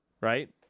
right